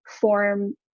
form